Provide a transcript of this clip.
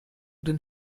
den